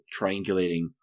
triangulating